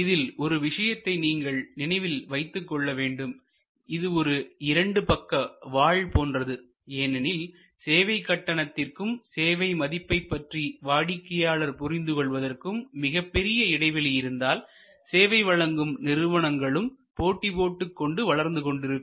இதில் ஒரு விஷயத்தை நீங்கள் நினைவில் வைத்துக் கொள்ளவேண்டும் இது ஒரு இரண்டு பக்க வாள் போன்றது ஏனெனில் சேவை கட்டணத்திற்கும் சேவை மதிப்பைப் பற்றி வாடிக்கையாளர் புரிந்துகொள்வதற்கும் மிகப்பெரிய இடைவெளி இருந்தால் சேவை வழங்கும் நிறுவனங்களும் போட்டி போட்டுக்கொண்டு வளர்ந்து கொண்டிருக்கும்